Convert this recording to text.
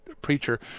Preacher